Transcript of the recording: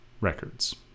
Records